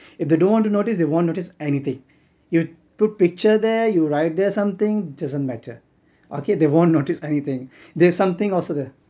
if they don't want to notice they won't notice anything you put picture there you write there something it doesn't matter okay they won't notice anything there's something also there